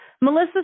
Melissa